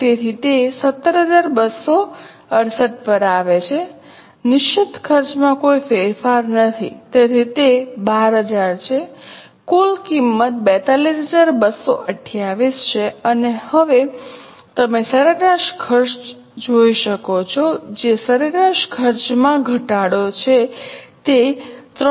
તેથી તે 17268 પર આવે છે નિશ્ચિત ખર્ચમાં કોઈ ફેરફાર નથી તેથી તે 12000 છે કુલ કિંમત 42228 છે અને હવે તમે સરેરાશ ખર્ચ જોઈ શકો છો જે સરેરાશ ખર્ચમાં ઘટાડો છે તે 351